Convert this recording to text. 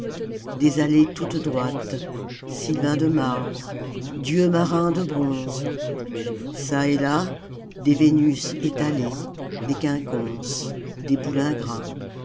des allées toutes droites sylvains de marbre dieux marins de bronze çà et là des vénus étalées des quinconces des boulingrins